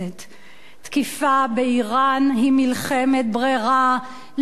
תקיפה באירן היא מלחמת ברירה לא חכמה,